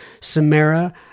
Samara